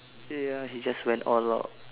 ya he just went all out